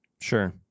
sure